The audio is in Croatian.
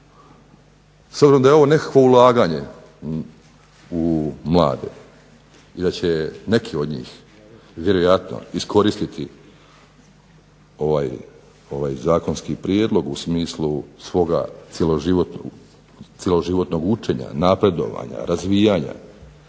Sada da je ovo nekakvo ulaganje u mlade i da će neki od njih vjerojatno iskoristiti ovaj Zakonski prijedlog u smislu svoga cjeloživotnog učenja, napredovanja, razvijanja